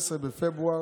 16 בפברואר